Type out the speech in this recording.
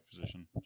position